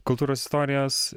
kultūros istorijos